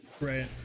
Right